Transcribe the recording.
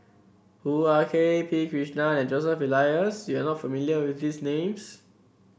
Hoo Ah Kay P Krishnan and Joseph Elias you are not familiar with these names